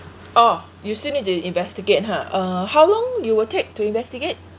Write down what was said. oh you still need to investigate !huh! uh how long you will take to investigate